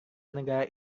negara